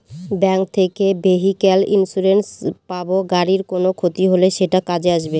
bank থেকে vehicle insurance পাব গাড়ির কোনো ক্ষতি হলে সেটা কাজে আসবে